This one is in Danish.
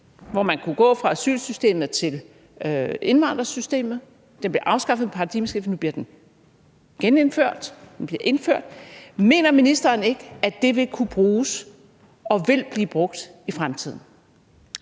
Man kunne gå fra asylsystemet til indvandringssystemet, og det blev afskaffet med paradigmeskiftet. Nu bliver det genindført. Mener ministeren ikke, at det vil kunne bruges og vil blive brugt i fremtiden?